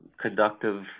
conductive